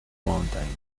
mountain